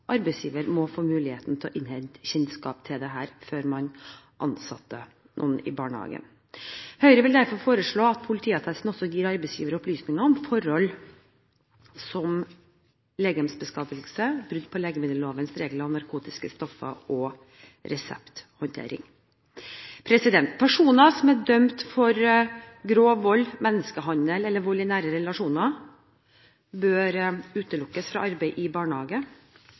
arbeidsgiver må få muligheten til å innhente kjennskap til dette før man ansetter noen i barnehagen. Høyre vil derfor foreslå at politiattesten også gir arbeidsgiver opplysninger om forhold som legemsbeskadigelse, brudd på legemiddellovens regel om narkotiske stoffer og resepthåndtering. Personer som er dømt for grov vold, menneskehandel eller vold i nære relasjoner, bør utelukkes fra arbeid i barnehage,